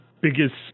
biggest